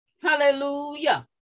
Hallelujah